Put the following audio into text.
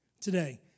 today